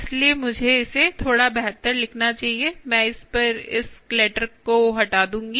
इसलिए मुझे इसे थोड़ा बेहतर लिखना चाहिए मैं इस पर इस क्लैटर को हटा दूंगी